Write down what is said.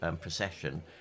procession